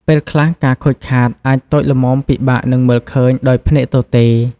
ពេលខ្លះ ការខូចខាតអាចតូចល្មមពិបាកនឹងមើលឃើញដោយភ្នែកទទេ។